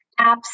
apps